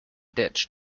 ditch